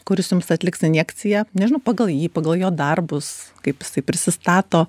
kuris jums atliks injekciją nežinau pagal jį pagal jo darbus kaip jisai prisistato